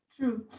true